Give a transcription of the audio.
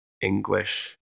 English